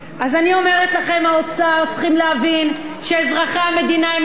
האוצר: צריכים להבין שאזרחי המדינה הם לא פרה חולבת.